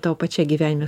tau pačiai gyvenime